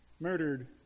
murdered